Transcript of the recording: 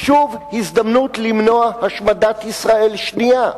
שוב הזדמנות למנוע השמדת ישראל שנייה,